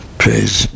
praise